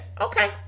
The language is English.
okay